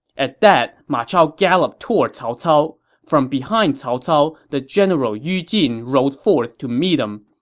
at that, ma chao galloped toward cao cao. from behind cao cao, the general yu jin rode forth to meet him.